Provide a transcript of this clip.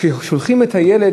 כשהם שולחים את הילד,